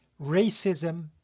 racism